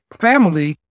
family